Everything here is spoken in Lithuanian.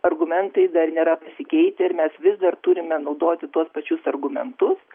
argumentai dar nėra pasikeitę ir mes vis dar turime naudoti tuos pačius argumentus